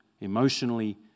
emotionally